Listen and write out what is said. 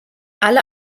alle